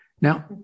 Now